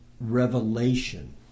revelation